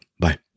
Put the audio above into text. Bye